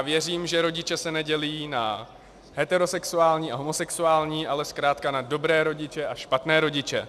Věřím, že rodiče se nedělí na heterosexuální a homosexuální, ale zkrátka na dobré rodiče a špatné rodiče.